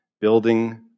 building